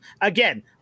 Again